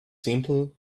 simple